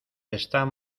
están